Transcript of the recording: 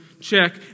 Check